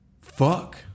Fuck